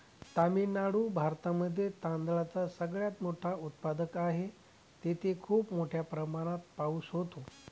तामिळनाडू भारतामध्ये तांदळाचा सगळ्यात मोठा उत्पादक आहे, तिथे खूप मोठ्या प्रमाणात पाऊस होतो